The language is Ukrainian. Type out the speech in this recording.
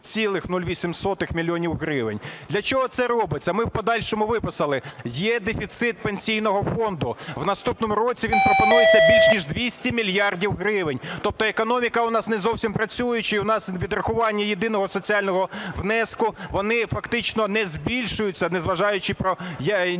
Для чого це робиться? Ми в подальшому виписали, є дефіцит Пенсійного фонду, в наступному році він пропонується більш ніж 200 мільярдів гривень. Тобто економіка у нас не зовсім працююча і у нас відрахування єдиного соціального внеску, вони фактично не збільшуються, не зважаючи на нібито